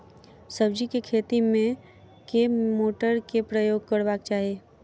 सब्जी केँ खेती मे केँ मोटर केँ प्रयोग करबाक चाहि?